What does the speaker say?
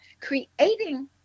creating